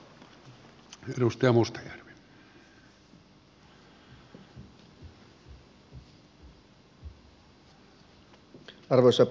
arvoisa puhemies